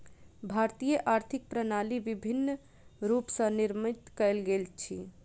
भारतीय आर्थिक प्रणाली विभिन्न रूप स निर्मित कयल गेल अछि